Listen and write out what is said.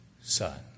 Son